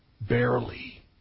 Barely